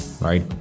right